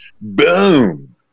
Boom